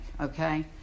okay